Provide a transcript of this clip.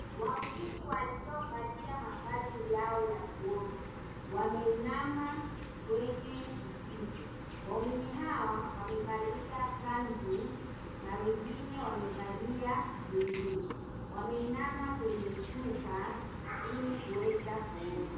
Waumini waliovalia mavazi yao ya kuomba wameinama kwenye msikiti. Waumini hawa wamevalia kanzu na wengine wamevalia buibui, wameinama kwenye shuka ili kuweza kuomba.